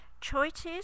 choices